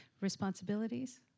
responsibilities